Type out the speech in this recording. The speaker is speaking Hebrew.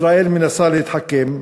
ישראל מנסה להתחכם,